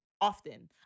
often